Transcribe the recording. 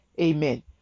Amen